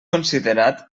considerat